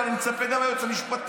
ואני מצפה גם מהיועץ המשפטי.